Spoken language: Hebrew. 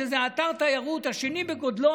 שזה אתר התיירות השני בגודלו,